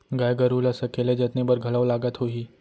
गाय गरू ल सकेले जतने बर घलौ लागत होही?